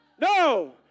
No